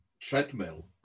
treadmill